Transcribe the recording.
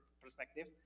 perspective